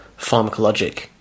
pharmacologic